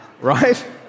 Right